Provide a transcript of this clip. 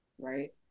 right